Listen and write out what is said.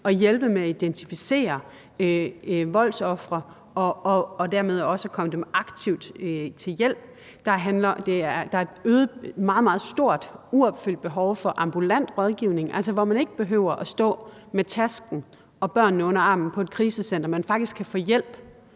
at hjælpe med at identificere voldsofre og dermed også at komme dem aktivt til hjælp. Der er et meget, meget stort uopfyldt behov for ambulant rådgivning, hvor man ikke behøver at stå med tasken og børnene under armen på et krisecenter, men faktisk kan få hjælp